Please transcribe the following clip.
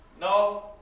No